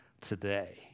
today